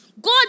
God